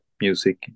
music